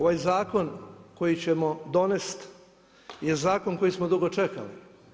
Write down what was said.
Ovaj zakon koji ćemo donesti, je zakon koji smo dugo čekali.